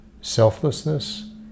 selflessness